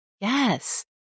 Yes